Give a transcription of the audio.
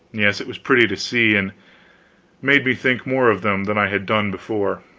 yes, it was pretty to see, and made me think more of them than i had done before.